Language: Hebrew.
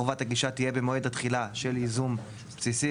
חובת הגישה תהיה במועד התחילה של ייזום בסיסי,